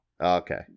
Okay